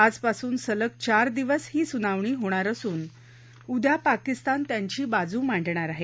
आजपासून सलग चार दिवस ही सुनावणी होणार असून उद्या पाकिस्तान त्यांची बाजू मांडणार आहे